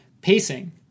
pacing